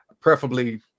preferably